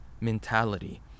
mentality